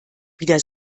wieder